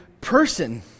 person